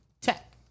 tech